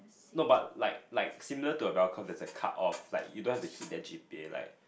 no but like like similar to a bell curve there's a cutoff like you don't have to hit the G_P_A like